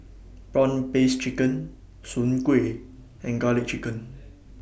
Prawn Paste Chicken Soon Kueh and Garlic Chicken